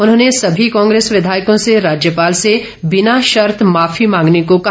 उन्होंने सभी कांग्रेस विधायकों से राज्यपाले से बिना शर्त माफी मांगने को कहा